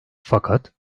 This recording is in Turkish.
fakat